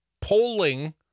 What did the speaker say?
polling